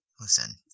Listen